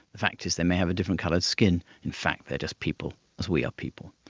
the fact is they may have a different coloured skin, in fact they are just people as we are people.